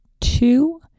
two